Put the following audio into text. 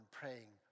praying